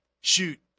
shoot